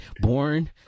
Born